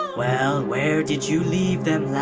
know well, where did you leave them